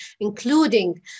including